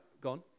gone